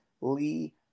Lee